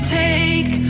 take